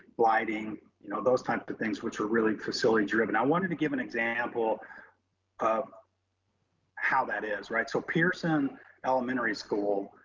lighting you know, those types of things, which were really facility driven. i wanted to give an example of how that is, right? so pearson elementary school.